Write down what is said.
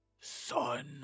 son